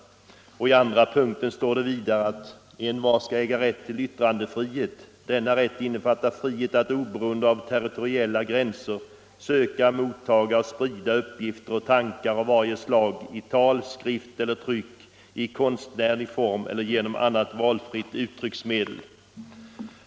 Det heter vidare att envar skall äga rätt till yttrandefrihet. Denna rätt innefattar frihet för envar att oberoende av territoriella gränser söka, mottaga och sprida uppgifter och tankar av varje slag i tal, skrift eller tryck, i konstnärlig form eller genom annat valfritt uttrycksmedel.